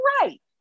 right